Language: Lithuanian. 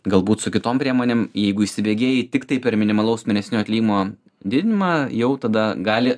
galbūt su kitom priemonėm jeigu įsibėgėji tiktai per minimalaus mėnesinio atlyginimo didinimą jau tada gali